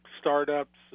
startups